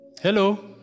Hello